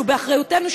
שהוא באחריותנו,